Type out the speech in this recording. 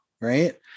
right